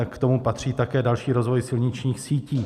k tomu patří také další rozvoj silničních sítí.